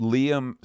Liam